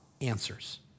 answers